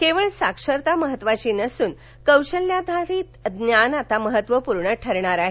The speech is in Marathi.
केवळ साक्षरता महत्त्वाची नसून कौशल्याधारित ज्ञान आता महत्त्वपूर्ण ठरणार आहे